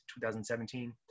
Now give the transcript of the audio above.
2017